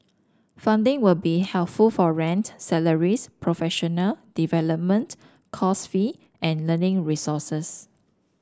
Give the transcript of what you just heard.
funding will be helpful for rent salaries professional development course fee and learning resources